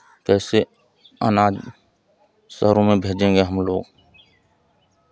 कैसे अनाज शहरों में भेजेंगे हमलोग